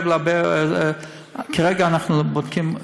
כרגע אנחנו בודקים,